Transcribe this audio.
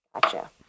Gotcha